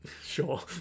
Sure